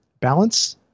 balance